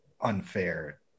unfair